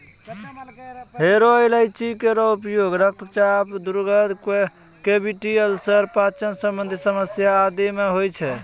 हरो इलायची केरो उपयोग रक्तचाप, दुर्गंध, कैविटी अल्सर, पाचन संबंधी समस्या आदि म होय छै